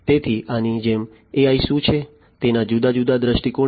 તેથી આની જેમ AI શું છે તેના જુદા જુદા દ્રષ્ટિકોણ છે